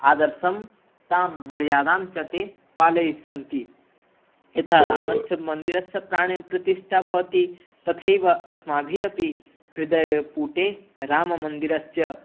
आदर्शं तां मर्यादां च ते पालयिष्यन्ति यथा रामस्य मन्दिरस्य प्राणेप्रतिष्ठा भवति तथैव अस्माभिरपि हृदयपुटे राममन्दिरस्य